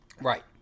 Right